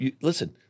listen